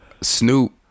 Snoop